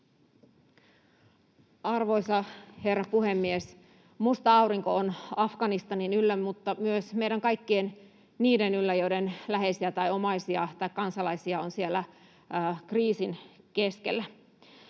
Arvoisa herra puhemies! Musta aurinko on Afganistanin yllä mutta myös meidän kaikkien yllä, joiden läheisiä tai omaisia tai kansalaisia on siellä kriisin keskellä.